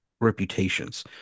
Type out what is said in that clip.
reputations